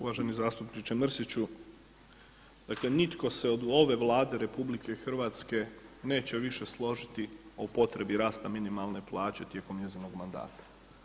Uvaženi zastupniče Mrsiću, dakle nitko se od ove Vlade RH neće više složiti o potrebi rasta minimalne plaće tijekom njezinog mandata.